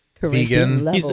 vegan